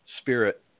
Spirit